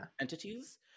entities